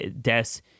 deaths